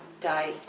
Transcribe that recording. die